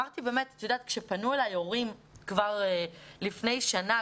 כשפנו אלי הורים לפני שנה,